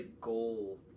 goal